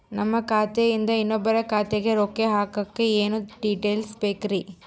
ನಮ್ಮ ಖಾತೆಯಿಂದ ಇನ್ನೊಬ್ಬರ ಖಾತೆಗೆ ರೊಕ್ಕ ಹಾಕಕ್ಕೆ ಏನೇನು ಡೇಟೇಲ್ಸ್ ಬೇಕರಿ?